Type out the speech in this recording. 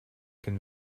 can